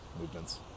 movements